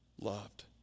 loved